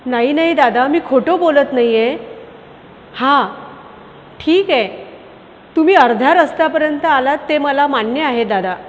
नाही नाही दादा मी खोटं बोलत नाही आहे हा ठीक आहे तुम्ही अर्ध्या रस्त्यापर्यंत आलात ते मला मान्य आहे दादा